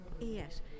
Yes